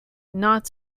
not